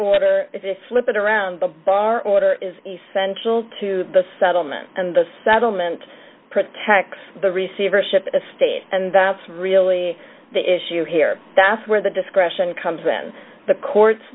order flip it around the bar order is essential to the settlement and the settlement protects the receivership states and that's really the issue here that's where the discretion comes in the court